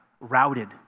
routed